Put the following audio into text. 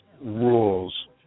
rules